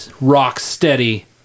rock-steady